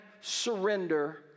surrender